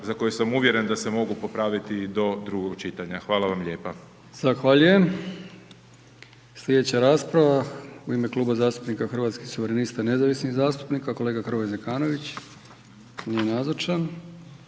za koje sam uvjeren da se mogu popraviti do drugog čitanja. Hvala vam lijepa. **Brkić, Milijan (HDZ)** Zahvaljujem. Sljedeća rasprava u ime Kluba zastupnika Hrvatskih suverenista i nezavisnih zastupnika kolega Hrvoje Zekanović. Nije nazočan.